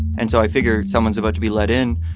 and so i figured someone's about to be let in.